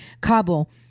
Kabul